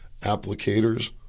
applicators